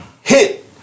hit